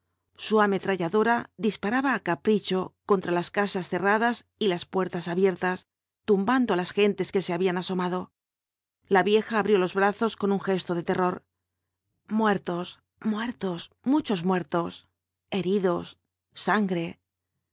su ametralladora dis paraba á capricho contra las casas cerradas y las puertas abiertas tumbando á las gentes que se habían asomado la vieja abrió los brazos con un gesto de terror muertos muchos muertos heridos sangre